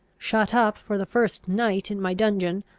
shut up for the first night in my dungeon,